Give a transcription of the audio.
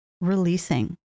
releasing